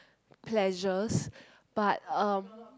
pleasures but um